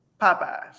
Popeyes